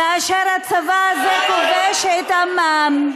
כאשר הצבא הזה כובש את עמם.